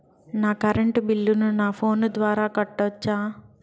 నా కరెంటు బిల్లును నా ఫోను ద్వారా కట్టొచ్చా?